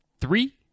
three